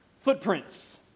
footprints